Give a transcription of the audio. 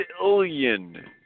billion